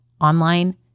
online